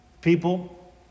People